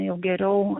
jau geriau